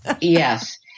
Yes